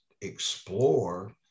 explore